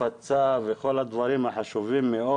הפצה וכל הדברים החשובים מאוד.